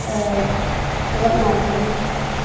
ꯊꯕꯛ ꯉꯥꯛꯇꯅꯤ